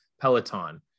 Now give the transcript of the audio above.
Peloton